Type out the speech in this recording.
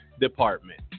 Department